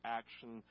action